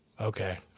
okay